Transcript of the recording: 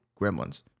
Gremlins